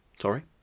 Sorry